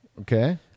okay